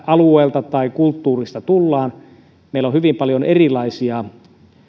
alueelta tai mistä kulttuurista tullaan meillä on hyvin paljon erilaisia voi sanoa